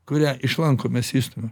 kurią iš lanko mes išstumiam